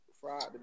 Friday